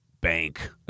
bank